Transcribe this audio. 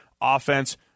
offense